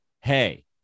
Hey